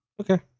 Okay